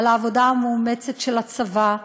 על העבודה המאומצת של הצבא,